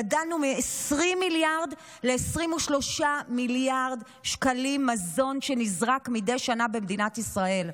גדלנו מ-20 מיליארד ל-23 מיליארד שקל מזון שנזרק מדי שנה במדינת ישראל.